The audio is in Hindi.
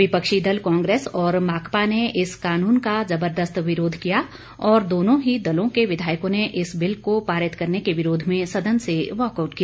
विपक्षी दल कांग्रेस और माकपा ने इस कानून का जबरदस्त विरोध किया और दोनों ही दलों के विधायकों ने इस बिल को पारित करने के विरोध में सदन से वाकआउट किया